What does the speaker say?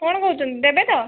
କଣ କହୁଛନ୍ତି ଦେବେ ତ